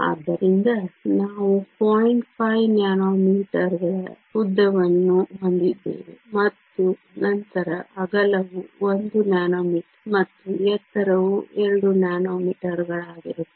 ಆದ್ದರಿಂದ ನಾವು ಪಾಯಿಂಟ್ 5 ನ್ಯಾನೋಮೀಟರ್ಗಳ ಉದ್ದವನ್ನು ಹೊಂದಿದ್ದೇವೆ ಮತ್ತು ನಂತರ ಅಗಲವು 1 ನ್ಯಾನೋಮೀಟರ್ ಮತ್ತು ಎತ್ತರವು 2 ನ್ಯಾನೋಮೀಟರ್ಗಳಾಗಿರುತ್ತದೆ